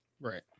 Right